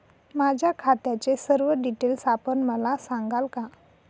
माझ्या खात्याचे सर्व डिटेल्स आपण मला सांगाल का?